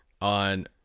on